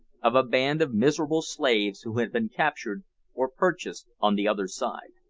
of a band of miserable slaves who had been captured or purchased on the other side.